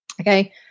Okay